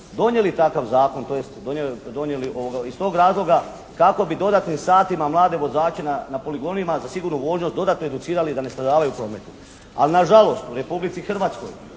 donijeli takav Zakon, tj. donijeli iz tog razloga kako bi dodatnim satima mlade vozače na poligonima za sigurnu vožnju dodatno educirali da ne stradavaju u prometu, ali na žalost u Republici Hrvatskoj